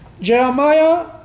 Jeremiah